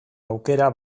aukera